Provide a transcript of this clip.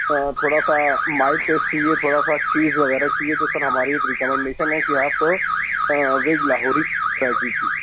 تھوڑا سا mild taste کے لیے تھوڑا سا چیز وغیرہ چاہیے تو سر ہماری ایک ریکمینڈیشن ہے کہ آپ ویج لاہوری ٹرائی کیجیے